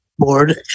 Board